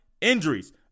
injuries